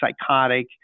psychotic